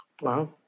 Wow